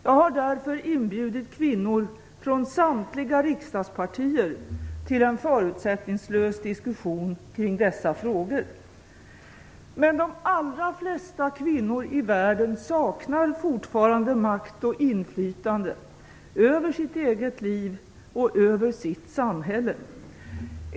Jag har därför inbjudit kvinnor från samtliga riksdagspartier till en förutsättningslös diskussion kring dessa frågor. Men de allra flesta kvinnor i världen saknar fortfarande makt och inflytande över sitt eget liv och över sitt samhälle.